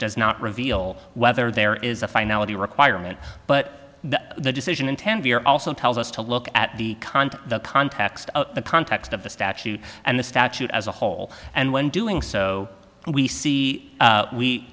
does not reveal whether there is a finality requirement but the decision in ten we're also tells us to look at the current context of the context of the statute and the statute as a whole and when doing so we see we we